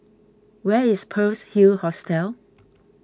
where is Pearl's Hill Hostel